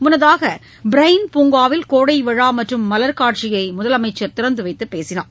முன்னதாக ப்ரைன் பூங்காவில் கோடை விழா மற்றும் மலர் காட்சியை முதலமைச்சர் திறந்துவைத்து பேசினார்